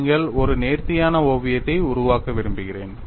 நீங்கள் ஒரு நேர்த்தியான ஓவியத்தை உருவாக்க விரும்புகிறேன்